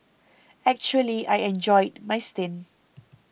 actually I enjoyed my stint